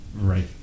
Right